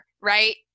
right